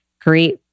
great